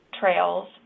trails